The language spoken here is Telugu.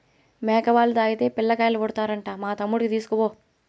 మేక పాలు తాగితే పిల్లకాయలు పుడతారంట మా తమ్ముడికి తీస్కపో